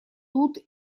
тут